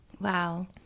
Wow